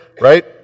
right